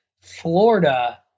Florida